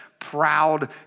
Proud